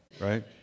right